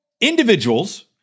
individuals